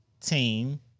team